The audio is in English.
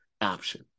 option